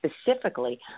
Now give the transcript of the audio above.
specifically